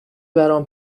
برام